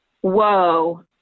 Whoa